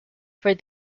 for